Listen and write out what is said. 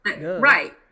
Right